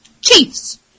Chiefs